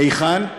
היכן?